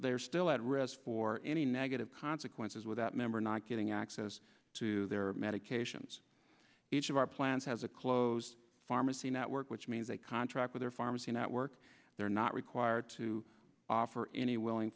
they are still at risk for any negative consequences with that member not getting access to their medications each of our plans has a close pharmacy network which means they contract with our pharmacy network they are not required to offer any willing